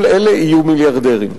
כל אלה יהיו מיליארדרים.